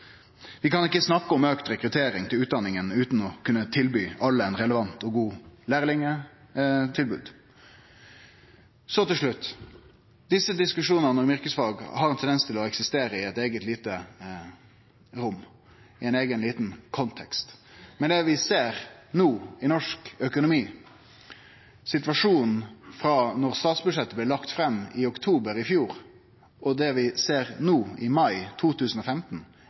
Vi kan ikkje snakke om auka rekruttering til utdanninga utan å kunne gi alle eit relevant og godt lærlingtilbod. Så til slutt: Diskusjonane om yrkesfag har ein tendens til å eksistere i eit eige lite rom, i ein eigen liten kontekst. Men det vi ser no i norsk økonomi, frå situasjonen da statsbudsjettet blei lagt fram i oktober i fjor, og til det vi ser no i mai 2015,